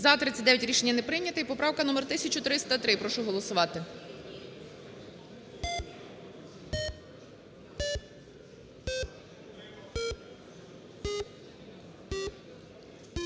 За-39 Рішення не прийняте. І поправка номер 1303. Прошу голосувати.